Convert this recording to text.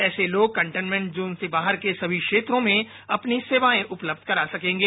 ऐसे लोग containment zone से बाहर के समी क्षेत्रों में अपनी सेवाएं उपलब्ध करा सकेंगे